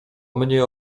mnie